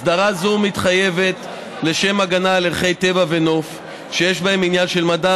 הסדרה זו מתחייבת לשם הגנה על ערכי טבע ונוף שיש בהם עניין של מדע,